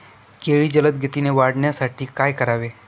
केळी जलदगतीने वाढण्यासाठी काय करावे?